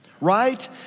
right